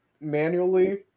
manually